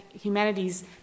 humanities